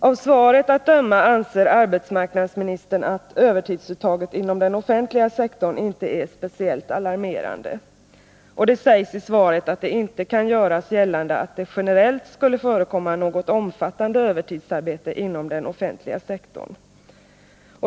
Av svaret att döma anser arbetsmarknadsministern att övertidsuttaget inom den offentliga sektorn inte är speciellt alarmerande, och det sägs i svaret att det inte kan göras gällande att det generellt skulle förekomma något omfattande övertidsarbete inom den offentliga sektorn.